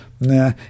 Nah